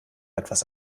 etwas